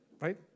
Right